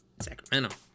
sacramento